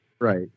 right